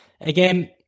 again